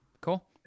cool